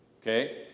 Okay